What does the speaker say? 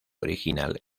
original